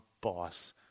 boss